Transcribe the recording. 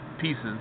pieces